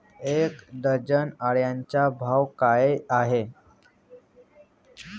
एक डझन अंड्यांचा भाव काय आहे?